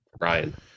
Ryan